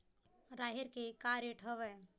राहेर के का रेट हवय?